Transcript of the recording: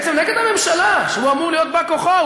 בעצם נגד הממשלה שהוא אמור להיות בא-כוחה,